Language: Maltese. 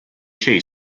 xejn